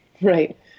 Right